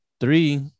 Three